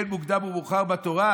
אין מוקדם ומאוחר בתורה,